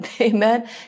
Amen